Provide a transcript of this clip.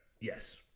Yes